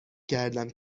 کردم